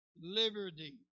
liberty